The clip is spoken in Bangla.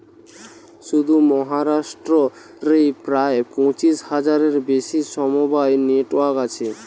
শুধু মহারাষ্ট্র রেই প্রায় পঁচিশ হাজারের বেশি সমবায় নেটওয়ার্ক আছে